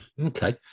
Okay